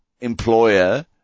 employer